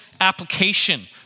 application